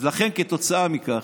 אז לכן, כתוצאה מכך,